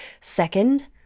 Second